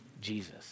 Jesus